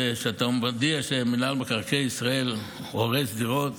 אתה מודיע שרשות מקרקעי ישראל הורסת דירות,